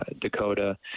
Dakota